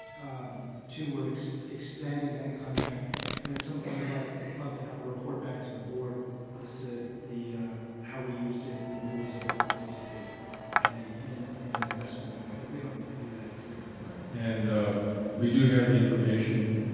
two works, expanding that contract and at some point would like love to have a report back to the board as to the how we used it and who was able to participate in a in an in a less formal way, but we don't need to do that here. right, and we do have the information,